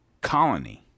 colony